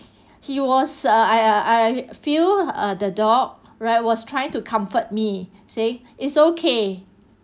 he was ah I I I feel uh the dog right was trying to comfort me say it's okay